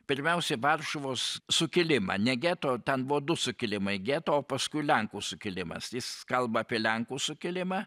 pirmiausia varšuvos sukilimą ne geto ten buvo du sukilimai geto paskui lenkų sukilimas jis kalba apie lenkų sukilimą